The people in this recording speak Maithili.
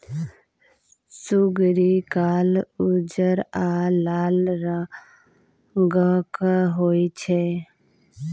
सुग्गरि कार, उज्जर आ लाल रंगक होइ छै